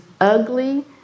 ugly